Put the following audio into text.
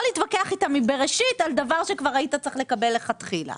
להתווכח איתם מבראשית על דבר שכבר היית צריך לקבל לכתחילה.